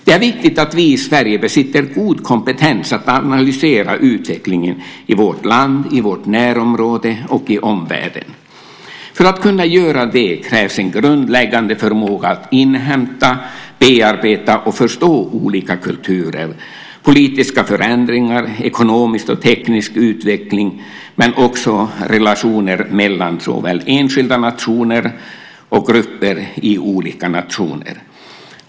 Det är viktigt att vi i Sverige besitter god kompetens att analysera utvecklingen i vårt land, i vårt närområde och i omvärlden. För att kunna göra det krävs en grundläggande förmåga att inhämta, bearbeta och förstå olika kulturer, politiska förändringar, ekonomisk och teknisk utveckling men också relationer mellan såväl enskilda nationer och grupper i olika nationer.